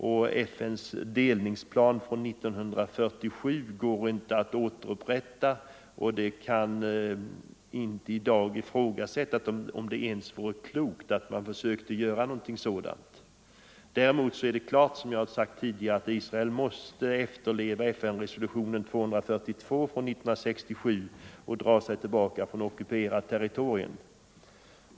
FN:s delningsplan från år 1947 går inte att återupprätta, och det kan i dag ifrågasättas om det ens vore klokt att försöka göra någonting sådant. Däremot är det klart, som jag har sagt tidigare, att Israel måste efterleva FN-resolutionen 242 från 1967 och dra sig tillbaka från ockuperat territorium.